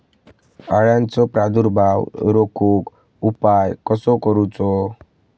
अळ्यांचो प्रादुर्भाव रोखुक उपाय कसो करूचो?